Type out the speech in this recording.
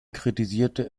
kritisierte